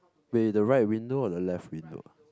wait the right window or the left window